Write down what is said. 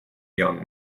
young